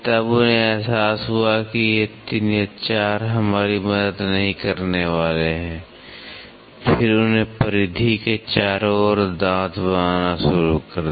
तब उन्हें एहसास हुआ कि ये 3 या 4 हमारी मदद नहीं करने वाले हैं फिर उन्होंने परिधि के चारों ओर दांत बनाना शुरू कर दिया